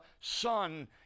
son